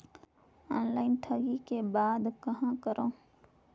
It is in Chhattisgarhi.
ऑनलाइन ठगी के बाद कहां करों?